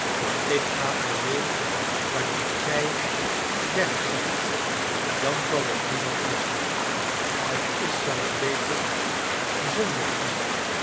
ik ga alleen wanneer gij weg zijt dan val ik niemand lastig het is zelfs beter zonder u